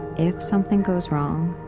if something goes wrong,